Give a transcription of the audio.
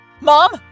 Mom